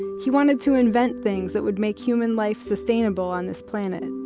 he wanted to invent things that would make human life sustainable on this planet,